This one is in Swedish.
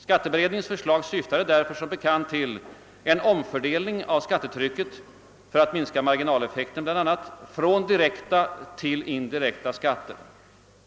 Skatteberedningens förslag syftade därför som bekant till en omfördelning av skattetrycket, bl.a. för att minska marginaleffekten, från direkta till indirekta skatter.